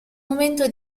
momento